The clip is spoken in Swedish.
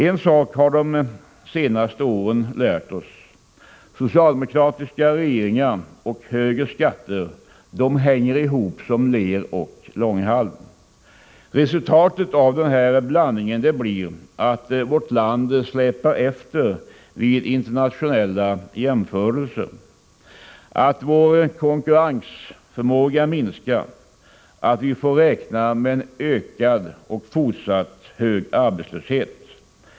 En sak har de senaste åren lärt oss: socialdemokratiska regeringar och högre skatter hänger ihop som ler och långhalm. Resultatet av blandningen blir att vårt land släpar efter vid internationella jämförelser, att vår konkurrensförmåga minskar och att vi får räkna med en ökad och fortsatt hög arbetslöshet.